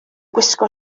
gwisgo